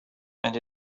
and